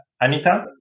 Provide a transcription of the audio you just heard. Anita